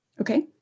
Okay